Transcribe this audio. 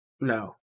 no